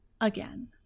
Again